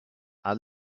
are